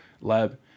lab